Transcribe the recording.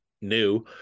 new